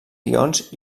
guions